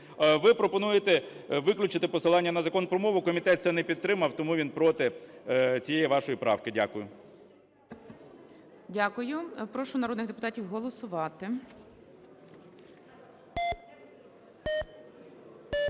Ви пропонуєте виключити посилання на Закон про мову. Комітет це не підтримав, тому він проти цієї вашої правки. Дякую. ГОЛОВУЮЧИЙ. Дякую. Прошу народних депутатів голосувати.